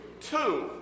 two